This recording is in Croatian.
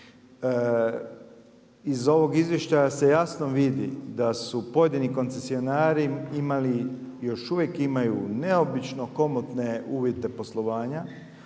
Iz ovog izvješća se jasno vidi da su pojedini koncesionari imali i još uvijek imaju neobično komotne uvjete poslovanja,